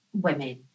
women